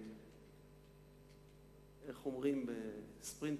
איך אומרים ב"ספרינטים",